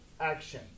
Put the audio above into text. action